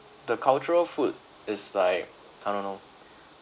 the cultural food is like I don't know